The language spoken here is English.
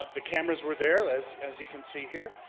ah the cameras were there, as as you can see here.